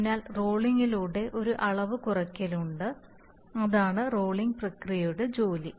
അതിനാൽ റോളിംഗിലൂടെ ഒരു അളവ് കുറയ്ക്കൽ ഉണ്ട് അതാണ് റോളിംഗ് പ്രക്രിയയുടെ ജോലി